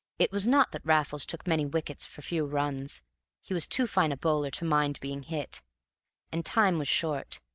it was not that raffles took many wickets for few runs he was too fine a bowler to mind being hit and time was short,